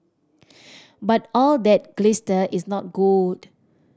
but all that glister is not gold